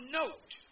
note